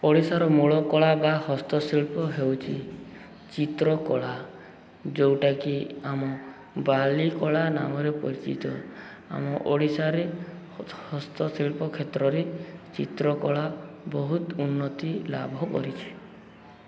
ଓଡ଼ିଶାର ମୂଳ କଳା ବା ହସ୍ତଶିଳ୍ପ ହେଉଛି ଚିତ୍ରକଳା ଯେଉଁଟାକି ଆମ ବାଲି କଳା ନାମରେ ପରିଚିତ ଆମ ଓଡ଼ିଶାରେ ହସ୍ତଶିଳ୍ପ କ୍ଷେତ୍ରରେ ଚିତ୍ରକଳା ବହୁତ ଉନ୍ନତି ଲାଭ କରିଛି